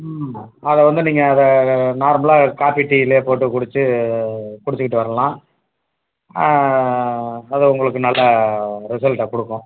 ம் அதை வந்து நீங்கள் அதை நார்மலாக காஃப்பி டீலயே போட்டுக் குடிச்சு குடிச்சிக்கிட்டு வரலாம் அது உங்களுக்கு நல்ல ரிசல்ட்டை கொடுக்கும்